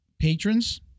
patrons